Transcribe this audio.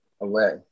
away